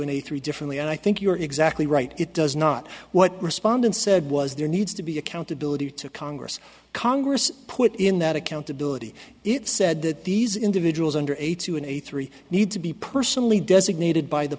a three differently and i think you're exactly right it does not what respondents said was there needs to be accountability to congress congress put in that accountability it said that these individuals under eighty two and eighty three need to be personally designated by the